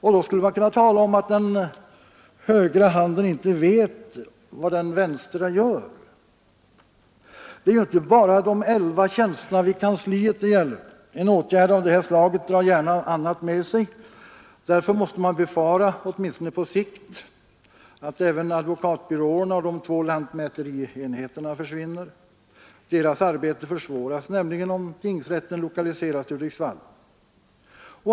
Man skulle då kunna tala om att den högra handen inte vet vad den vänstra gör. Det är ju inte bara de elva tjänsterna vid kansliet det gäller. En åtgärd av det här slaget drar gärna annat med sig. Därför måste man befara — åtminstone på sikt — att även advokatbyråerna och de två lantmäterienheterna försvinner. Deras arbete försvåras nämligen om tingsrätten lokaliseras till Hudiksvall.